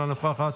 אינה נוכחת,